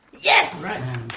Yes